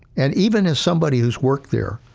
and even as somebody who's worked there,